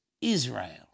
Israel